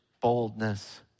boldness